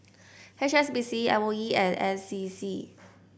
H S B C M O E and N C C